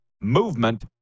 movement